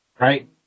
Right